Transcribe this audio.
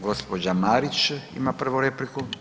Gospođa Marić ima prvu repliku.